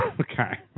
Okay